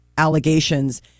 allegations